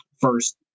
first